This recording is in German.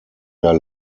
der